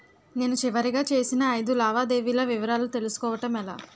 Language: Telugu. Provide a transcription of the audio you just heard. నేను చివరిగా చేసిన ఐదు లావాదేవీల వివరాలు తెలుసుకోవటం ఎలా?